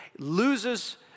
loses